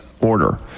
order